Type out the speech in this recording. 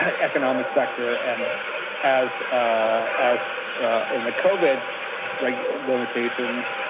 ah economic sector and as ah as in covid like limitations,